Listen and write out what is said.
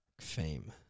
fame